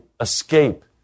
escape